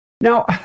Now